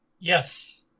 Yes